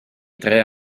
tre